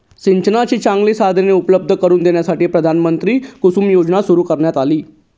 सिंचनाची चांगली साधने उपलब्ध करून देण्यासाठी प्रधानमंत्री कुसुम योजना सुरू करण्यात आली